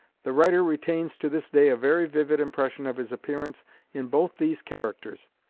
the writer retains to this day a very vivid impression of his appearance in both these characters,